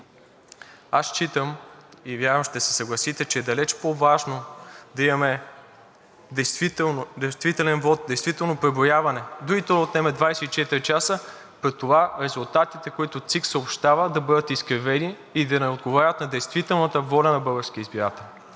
Аз считам, и вярвам ще се съгласите, че е далеч по-важно да имаме действителен вот, действително преброяване, дори то да отнеме 24 часа, при това резултатите, които ЦИК съобщава, да бъдат изкривени и да не отговарят на действителната воля на българския избирател.